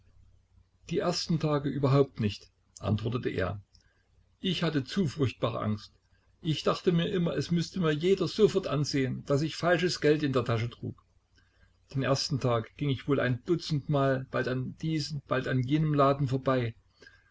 die ersten tage überhaupt nicht antwortete er ich hatte zu furchtbare angst ich dachte mir immer es müßte mir jeder sofort ansehen daß ich falsches geld in der tasche trug den ersten tag ging ich wohl ein dutzend mal bald an diesem bald an jenem laden vorbei